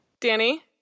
Danny